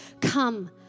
come